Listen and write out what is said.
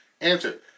Answer